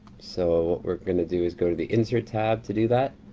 so, we're gonna do is go to the insert tab to do that.